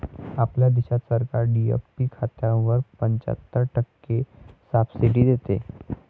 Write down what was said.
आपल्या देशात सरकार डी.ए.पी खतावर पंच्याहत्तर टक्के सब्सिडी देते